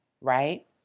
Right